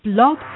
Blog